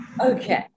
okay